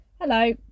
Hello